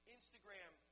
Instagram